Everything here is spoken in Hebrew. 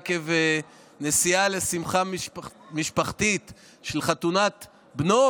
עקב נסיעה לשמחה משפחתית של חתונת בנו,